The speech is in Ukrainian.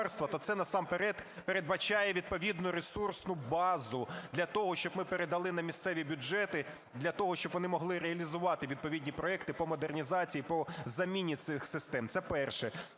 то це насамперед передбачає відповідну ресурсну базу для того, щоб ми передали на місцеві бюджети, для того, щоб вони могли реалізувати відповідні проекти по модернізації і по заміні цих систем – це перше.